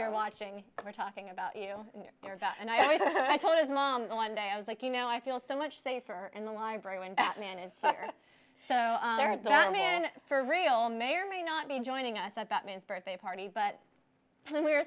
you're watching we're talking about you and i i told his mom one day i was like you know i feel so much safer in the library when batman is so done i'm in for real may or may not be joining us that that means birthday party but then we